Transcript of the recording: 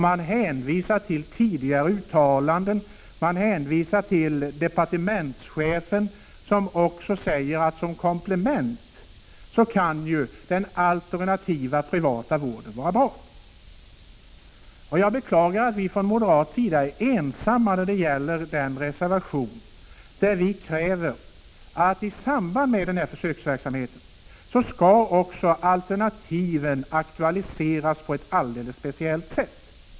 Man hänvisar till tidigare uttalanden, och man hänvisar till departementschefen, som också anser att som komplement kan den alternativa privata vården vara bra. Jag beklagar att vi moderater är ensamma om den reservation där vi kräver att i samband med denna försöksverksamhet också alternativen skall aktualiseras på ett alldeles speciellt sätt.